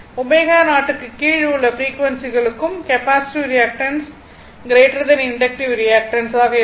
ω0 க்கு கீழே உள்ள எல்லா ஃப்ரீக்வன்சிகளுக்கும் கெபாசிட்டிவ் ரியாக்டன்ஸ் இண்டக்ட்டிவ் ரியாக்டன்ஸ் ஆக இருக்கும்